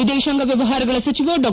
ವಿದೇಶಾಂಗ ವ್ಯವಹಾರಗಳ ಸಚಿವ ಡಾ